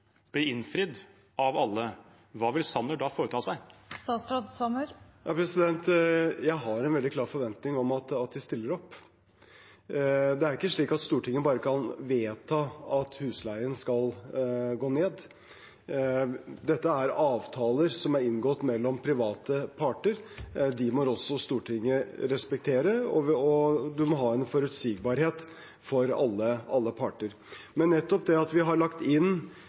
blir innfridd av alle? Hva vil statsråd Sanner da foreta seg? Jeg har en veldig klar forventning om at de stiller opp. Det er ikke slik at Stortinget bare kan vedta at husleien skal gå ned. Dette er avtaler som er inngått mellom private parter. Dem må også Stortinget respektere, og man må ha en forutsigbarhet for alle parter. Nettopp det at vi har lagt inn